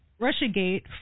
Russiagate